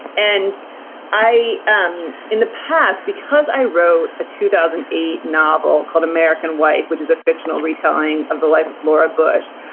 and i um in the past, because i wrote a two thousand eight novel called american wife, which is a fictional retelling of the life of laura bush,